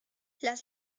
las